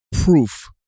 proof